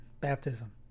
Baptism